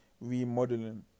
remodeling